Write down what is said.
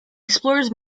explores